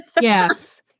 Yes